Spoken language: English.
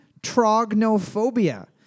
trognophobia